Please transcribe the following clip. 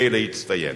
ולהצטיין.